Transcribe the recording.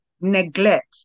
neglect